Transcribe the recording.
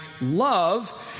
love